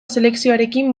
selekzioarekin